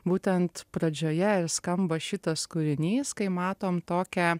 būtent pradžioje skamba šitas kūrinys kai matom tokią